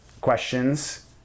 questions